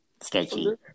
sketchy